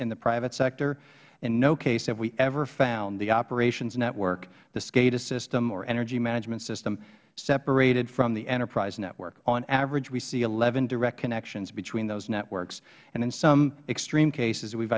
in the private sector in no case have we ever found the operations network the scada system or energy management system separated from the enterprise network on average we see eleven direct connections between those networks and in some extreme cases we